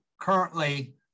currently